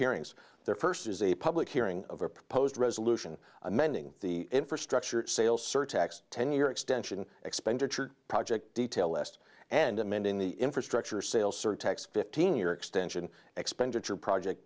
hearings there first is a public hearing of a proposed resolution amending the infrastructure sales surtax ten year extension expenditure project detail list and amending the infrastructure sales surtax fifteen year extension expenditure project